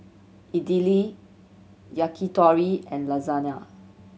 Idili Yakitori and Lasagne